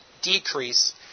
decrease